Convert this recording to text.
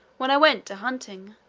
when i went a-hunting.